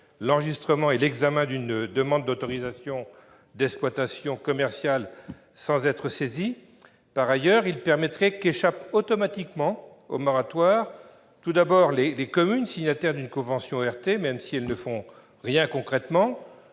l'enregistrement et l'examen d'une demande d'autorisation d'exploitation commerciale sans être saisi d'une demande. Par ailleurs, il permettrait qu'échappent automatiquement au moratoire, d'une part, les communes signataires d'une convention ORT, même si elles ne font rien concrètement,